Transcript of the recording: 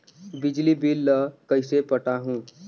बिजली बिल ल कइसे पटाहूं?